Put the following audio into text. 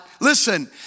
listen